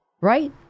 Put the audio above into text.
right